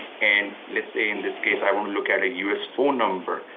and let's say in this case, i want to look at a us phone number,